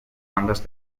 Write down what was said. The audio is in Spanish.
bandas